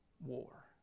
war